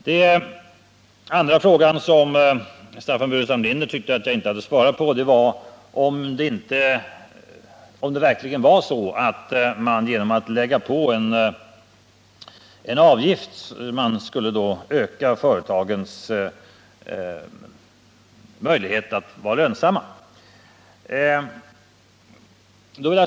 Den andra fråga som Staffan Burenstam Linder tyckte att jag inte hade svarat på var om det verkligen var så att man genom att lägga på en avgift skulle öka företagens möjlighet att vara lönsamma.